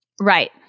Right